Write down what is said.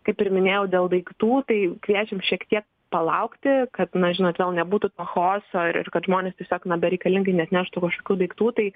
kaip ir minėjau dėl daiktų tai kviečiam šiek tiek palaukti kad na žinot vėl nebūtų to chaoso ir kad žmonės tiesiog na bereikalingai neatneštų tų kažkokių daiktų tai